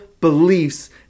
beliefs